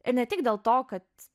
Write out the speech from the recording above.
ir ne tik dėl to kad